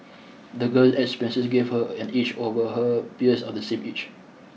the girl's experiences gave her an edge over her peers of the same age